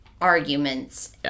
arguments